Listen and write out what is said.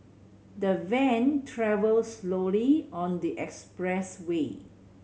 the van travelled slowly on the expressway